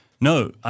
No